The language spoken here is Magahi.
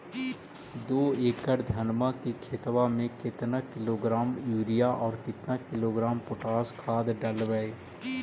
दो एकड़ धनमा के खेतबा में केतना किलोग्राम युरिया और केतना किलोग्राम पोटास खाद डलबई?